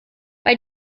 bei